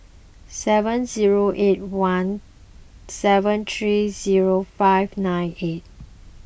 seven zero eight one seven three zero five nine eight